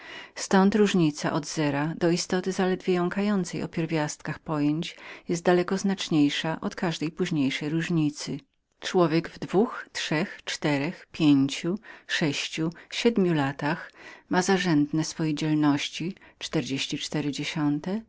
ztąd różnica od zera do istoty zaledwie jąkającej o pierwiastkach pojęć jest daleko znaczniejszą od każdej innej człowiek w dwóch trzech czterech pięciu sześciu siedmiu latach ma za wykładniki swojej dzielności